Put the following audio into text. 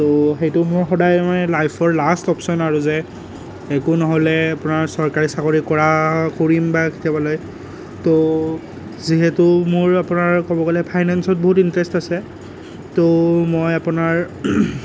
তো সেইটো মোৰ সদায় মানে লাইফৰ লাষ্ট অপশ্বন আৰু যে একো নহ'লে আপোনাৰ চৰকাৰী চাকৰি কৰা কৰিম বা তো যিহেতু মোৰ আপোনাৰ ক'ব গ'লে ফাইনেন্সত বহুত ইণ্টাৰেষ্ট আছে তো মই আপোনাৰ